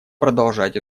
продолжать